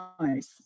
nice